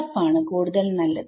SF ആണ് കൂടുതൽ നല്ലത്